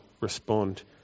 respond